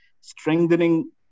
strengthening